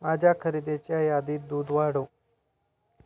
माझ्या खरेदीच्या यादीत दूध वाढव